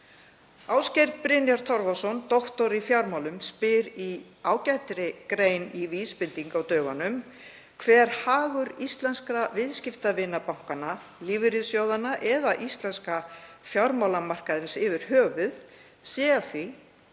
Ásgeir Brynjar Torfason, doktor í fjármálum, spyr í ágætri grein í Vísbendingu á dögunum hver sé hagur íslenskra viðskiptavina bankanna, lífeyrissjóðanna eða íslenska fjármálamarkaðarins yfir höfuð af því